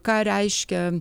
ką reiškia